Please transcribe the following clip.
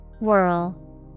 Whirl